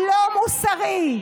יש בזה אלמנט לא מוסרי.